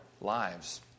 lives